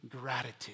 gratitude